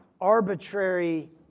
arbitrary